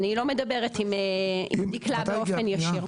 אני לא מדברת עם דיקלה באופן ישיר.